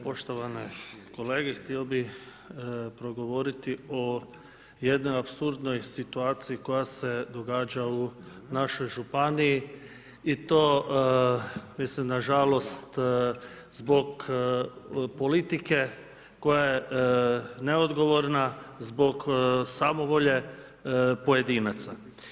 Poštovane kolege, htio bih progovoriti o jednoj apsurdnoj situaciji koja se događa u našoj županiji i to, mislim na žalost, zbog politike koja je neodgovorna, zbog samovolje pojedinaca.